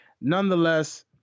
Nonetheless